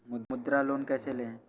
मुद्रा लोन कैसे ले?